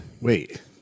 wait